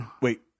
wait